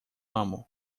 amo